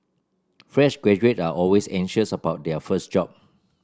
fresh graduate are always anxious about their first job